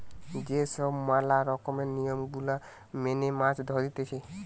যে সব ম্যালা রকমের নিয়ম গুলা মেনে মাছ ধরতিছে